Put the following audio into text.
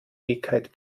ewigkeit